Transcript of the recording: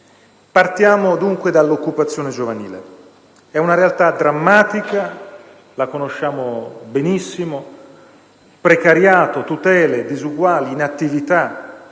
Partiamo dunque dall'occupazione giovanile. È una realtà drammatica, la conosciamo benissimo: precariato, tutele disuguali, inattività.